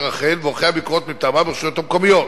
רח"ל ועורכי הביקורת מטעמה ברשויות המקומיות.